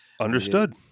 Understood